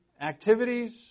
activities